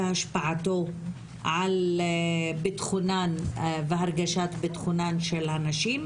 והשפעתו על ביטחונן והרגשת ביטחונן של הנשים,